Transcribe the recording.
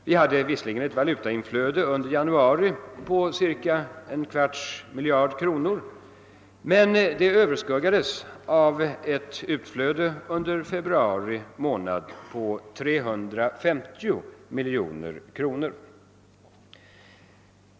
Vi hade visserligen under januari ett valutainflöde på cirka en kvarts miljard kronor, men det överskuggades av ett utflöde under februari månad på 350 miljoner kronor.